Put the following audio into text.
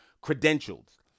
credentials